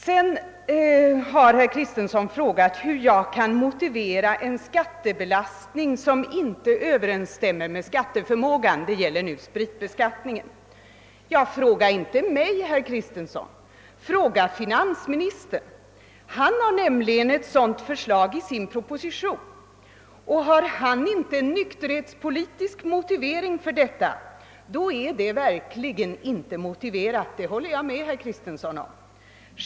Herr Kristenson har också frågat hur jag kan motivera en skattebelastning som inte överensstämmer med skatteförmågan — det gäller nu spritbeskattningen. Ja, fråga inte mig, herr Kristenson! Fråga finansministern! Det finns. nämligen ett sådant förslag i hans proposition, och har han inte nykterhetspolitisk motivering för det, så är det verkligen inte motiverat — det håller jag med herr Kristenson om.